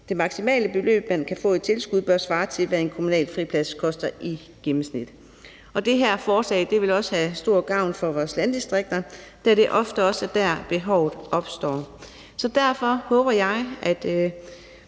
Det maksimale beløb, man kan få i tilskud, bør svare til, hvad en kommunal friplads koster i gennemsnit. Og det her forslag vil også være til stor gavn for vores landdistrikter, da det ofte også er der, behovet opstår. Så derfor håber jeg, at